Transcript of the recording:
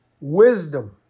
wisdom